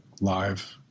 live